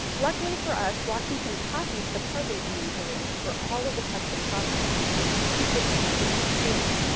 luckily for us, washington copied the probate inventories for all of the custis properties including the james city estate,